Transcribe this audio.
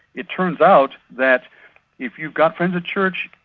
it turns out that if you've got friends at church,